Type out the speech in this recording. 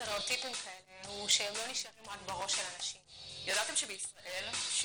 בהקשר של עולי אתיופיה כבר למעלה מחמש שנים התחלנו להפעיל תכנית